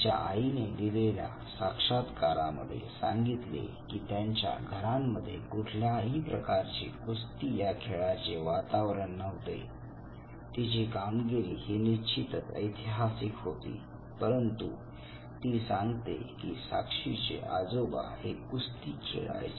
तिच्या आईने दिलेल्या साक्षात्कारमध्ये सांगितले की त्यांच्या घरांमध्ये कुठल्याही प्रकारचे कुस्ती या खेळाचे वातावरण नव्हते तिची कामगिरी ही निश्चितच ऐतिहासिक होती परंतु ती सांगते की साक्षीचे आजोबा हे कुस्ती खेळायचे